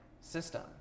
system